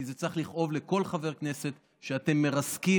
כי זה צריך לכאוב לכל חבר כנסת שאתם מרסקים